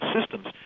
systems